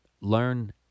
learn